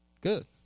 Good